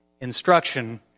instruction